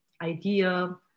idea